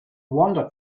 wandered